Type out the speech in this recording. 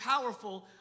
powerful